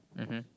mmhmm